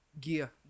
gear